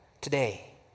today